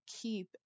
keep